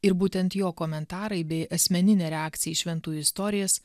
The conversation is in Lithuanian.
ir būtent jo komentarai bei asmeninė reakcija į šventųjų istorijas